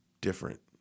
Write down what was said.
different